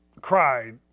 cried